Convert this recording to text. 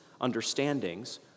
understandings